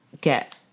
get